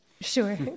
Sure